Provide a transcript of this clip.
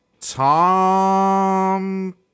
Tom